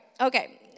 Okay